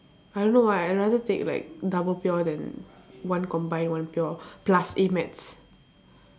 I don't know why I rather take like double pure than one combined and one pure plus A maths